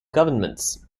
governments